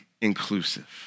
inclusive